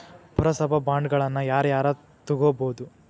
ಪುರಸಭಾ ಬಾಂಡ್ಗಳನ್ನ ಯಾರ ಯಾರ ತುಗೊಬೊದು?